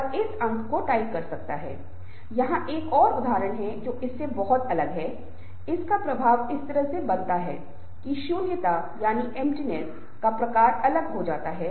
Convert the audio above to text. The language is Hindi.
तो यह दूसरा चरण है जहां लोगों के बहुत सारे विचार परस्पर विरोधी विचार मतभेद हैं ठीक है इसे रहने दें लेकिन रचनात्मक चर्चा के बाद वे अगले चरण में आएंगे और इसे नॉर्मिंग Normingकहा जाता है